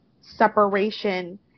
separation